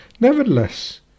Nevertheless